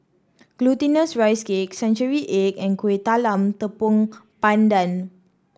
Glutinous Rice Cake Century Egg and Kuih Talam Tepong Pandan